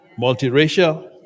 multiracial